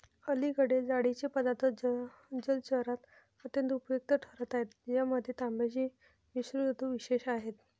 अलीकडे जाळीचे पदार्थ जलचरात अत्यंत उपयुक्त ठरत आहेत ज्यामध्ये तांब्याची मिश्रधातू विशेष आहे